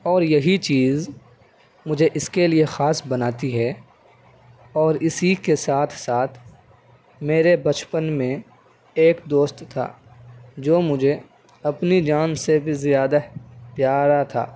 اور یہی چیز مجھے اس کے لیے خاص بناتی ہے اور اسی کے ساتھ ساتھ میرے بچپن میں ایک دوست تھا جو مجھے اپنی جان سے بھی زیادہ پیارا تھا